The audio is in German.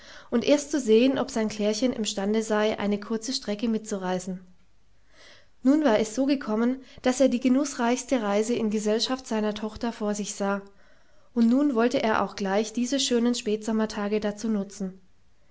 und erst zu sehen ob sein klärchen imstande sei eine kurze strecke mitzureisen nun war es so gekommen daß er die genußreichste reise in gesellschaft seiner tochter vor sich sah und nun wollte er auch gleich diese schönen spätsommertage dazu benutzen